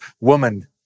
woman